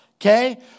Okay